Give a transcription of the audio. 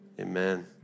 amen